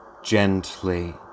Gently